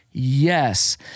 yes